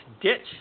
ditch